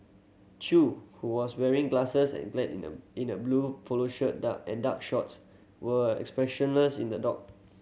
Chew who was wearing glasses and clad in a in a blue polo shirt and dark shorts were expressionless in the dock